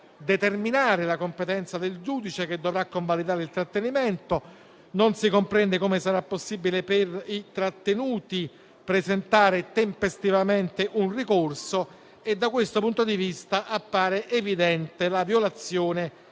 determinare la competenza del giudice che dovrà convalidare il trattenimento, non si comprende come sarà possibile, per i trattenuti, presentare tempestivamente un ricorso e da questo punto di vista appare evidente la violazione